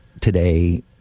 today